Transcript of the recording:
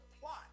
plot